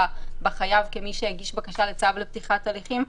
בחייב כמי שהגיש בקשה לצו לפתיחת הליכים,